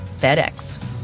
FedEx